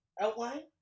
outline